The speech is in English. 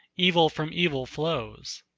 evil from evil flows?